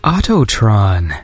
Autotron